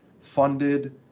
funded